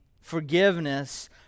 forgiveness